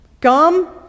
Gum